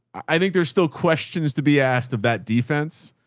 i think there's still questions to be asked of that defense.